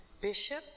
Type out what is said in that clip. Bishop